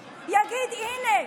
יגיד: הינה,